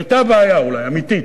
היתה בעיה, אולי אמיתית.